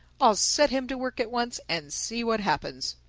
i'll set him to work at once and see what happens.